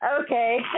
Okay